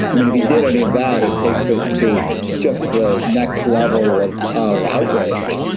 i mean if he did any of that it takes it to just the next level of of outrage.